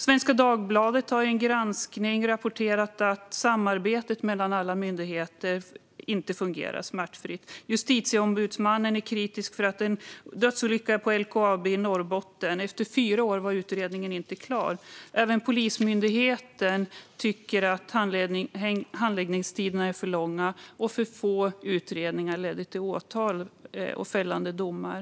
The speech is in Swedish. Svenska Dagbladet har i en granskning rapporterat att samarbetet mellan alla myndigheter inte fungerar smärtfritt. Justitieombudsmannen är kritisk mot att utredningen av en dödsolycka på LKAB i Norrbotten inte var klar efter fyra år. Även Polismyndigheten tycker att handläggningstiderna är för långa och att för få utredningar leder till åtal och fällande domar.